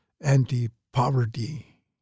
anti-poverty